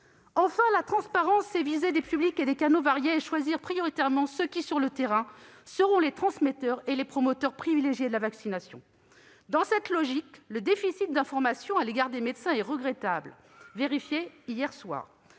Enfin, la transparence, c'est viser des publics et des canaux variés, c'est choisir prioritairement ceux qui, sur le terrain, seront les transmetteurs et les promoteurs privilégiés de la vaccination. Dans cette logique, le déficit d'information à l'égard des médecins est regrettable- on a pu le vérifier hier soir